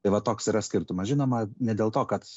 tai va toks yra skirtumas žinoma ne dėl to kad